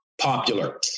popular